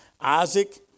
Isaac